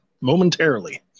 momentarily